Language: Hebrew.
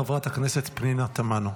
חברת הכנסת פנינה תמנו.